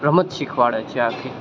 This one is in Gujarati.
રમત શીખવાડે છે આથી